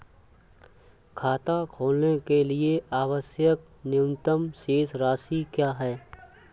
खाता खोलने के लिए आवश्यक न्यूनतम शेष राशि क्या है?